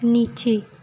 नीचे